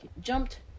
jumped